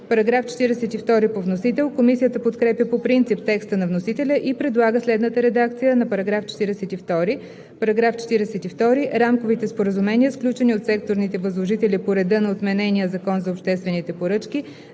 „Параграф 19“. Комисията подкрепя по принцип текста на вносителя и предлага следната редакция на § 42: „§ 42. Рамковите споразумения, сключени от секторните възложители по реда на отменения Закон за обществените поръчки